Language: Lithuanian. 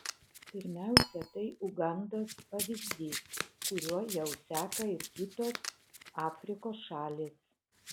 pirmiausia tai ugandos pavyzdys kuriuo jau seka ir kitos afrikos šalys